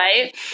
right